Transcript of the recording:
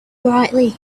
brightly